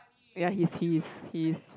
ya he's he is he is